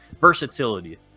versatility